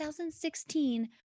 2016